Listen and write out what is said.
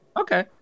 Okay